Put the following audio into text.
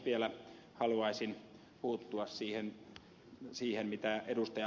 vielä haluaisin puuttua siihen mitä ed